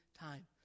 time